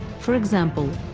for example,